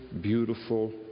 beautiful